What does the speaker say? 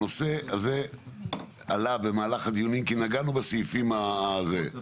הנושא הזה עלה במהלך הדיונים כי נגענו בסעיפים הזה.